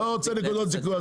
לא רוצה נקודות זיכוי.